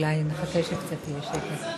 אולי נחכה שיהיה קצת שקט,